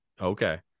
Okay